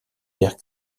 terres